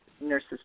nurses